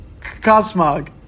Cosmog